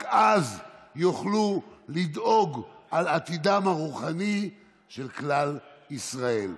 רק אז יוכלו לדאוג לעתידם הרוחני של כלל ישראל.